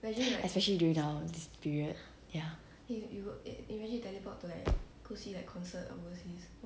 especially during now this period ya